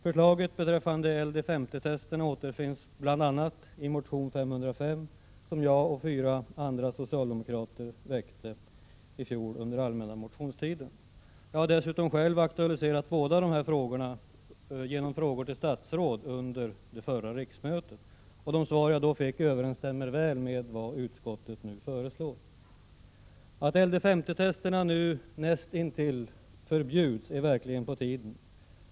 Förslaget beträffande LDS50-testerna återfinns bl.a. i motion 505, som jag och fyra andra socialdemokrater väckte i fjol under den allmänna motionstiden. Jag har dessutom själv aktualiserat båda dessa frågor under förra riksmötet genom frågor till statsråd. De svar jag då fick överensstämmer väl med vad utskottet nu föreslår. Att LD50 testerna nu näst intill förbjuds är verkligen på tiden.